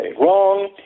wrong